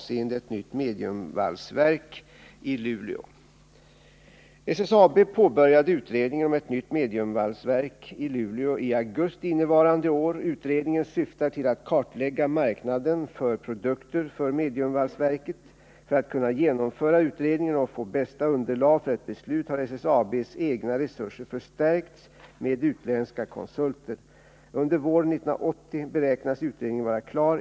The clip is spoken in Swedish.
SSAB påbörjade utredningen om ett nytt mediumvalsverk i Luleå i augusti innevarande år. Utredningen syftar till att kartlägga marknaden för produkter från mediumvalsverket. För att kunna genomföra utredningen och få bästa underlag för ett beslut har SSAB:s egna resurser förstärkts med utländska konsulter. Under våren 1980 beräknas utredningen vara klar.